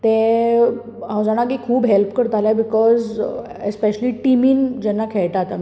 तें हांव जाणां की खूब हेल्प करतालें बीकाॅज एस्पेशली टिमीन जेन्ना खेळटात आमी